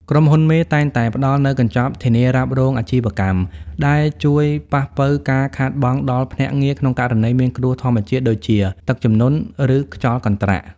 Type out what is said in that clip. ក្រុមហ៊ុនមេតែងតែផ្ដល់នូវ "កញ្ចប់ធានារ៉ាប់រងអាជីវកម្ម" ដែលជួយប៉ះប៉ូវការខាតបង់ដល់ភ្នាក់ងារក្នុងករណីមានគ្រោះធម្មជាតិដូចជា ទឹកជំនន់ ឬខ្យល់កន្ត្រាក់។